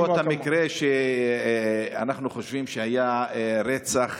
אני אומר, בנסיבות המקרה, שאנחנו חושבים שהיה רצח